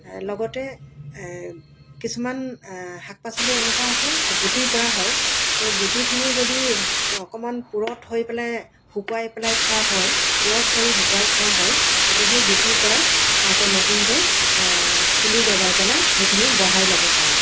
লগতে কিছুমান শাক পাচলি এনেকুৱা আছে গুটিৰ পৰা হয় সেই গুটিখিনি যদি অকণমান পূৰঠ হৈ পেলাই শুকুৱাই পেলাই থোৱা হয় পূৰঠ কৰি শুকুৱাই থোৱা হয় তেতিয়া সেই গুটিৰ পৰা আকৌ নতুনকৈ পুলি গজাই পেলাই সেইখিনি বহাই ল'ব পাৰে